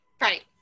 right